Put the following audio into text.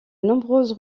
nombreuses